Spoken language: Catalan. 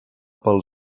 pel